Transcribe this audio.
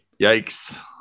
Yikes